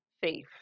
faith